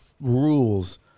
rules